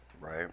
right